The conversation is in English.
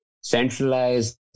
centralized